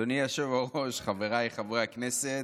אדוני היושב-ראש, חבריי חברי הכנסת,